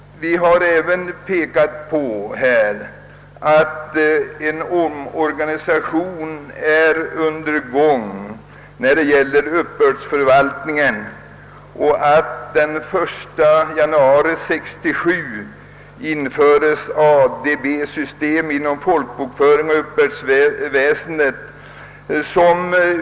Vi har även påpekat att en omorganisation av uppbördsförvaltningen pågår och att den 1 januari 1967 införs ADB system inom folkbokföringen och uppbördsväsendet.